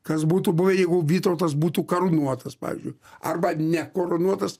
kas būtų buvę jeigu vytautas būtų karūnuotas pavyzdžiui arba nekarūnuotas